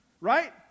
right